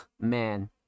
Man